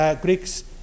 Greeks